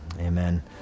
Amen